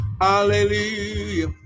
Hallelujah